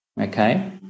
okay